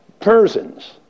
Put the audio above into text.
persons